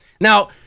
Now